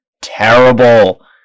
terrible